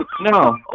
No